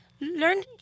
learn